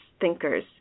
thinkers